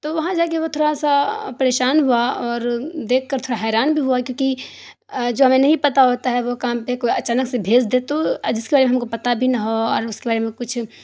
تو وہاں جا کے وہ تھوڑا سا پریشان ہوا اور دیکھ کر تھوڑا حیران بھی ہوا کیوںکہ جو ہمیں نہیں پتہ ہوتا ہے وہ کام پہ کوئی اچانک سے بھیج دے تو جس لائن میں ہم کو پتہ بھی نہ ہو اور اس لائن میں کچھ